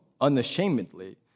unashamedly